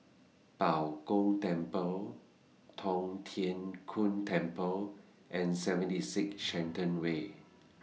Bao Gong Temple Tong Tien Kung Temple and seventy six Shenton Way